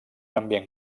ambient